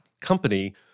company